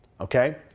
Okay